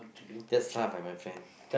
that's tough ah my friend